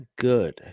good